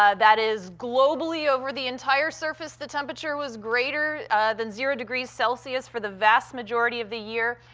ah that is, globally, over the entire surface, the temperature was greater than zero degrees celsius for the vast majority of the year.